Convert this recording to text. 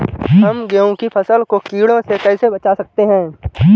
हम गेहूँ की फसल को कीड़ों से कैसे बचा सकते हैं?